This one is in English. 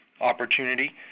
opportunity